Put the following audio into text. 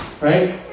Right